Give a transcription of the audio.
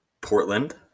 Portland